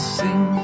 sing